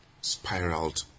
spiraled